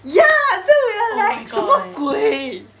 ya then we are like 什么鬼